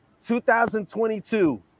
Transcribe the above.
2022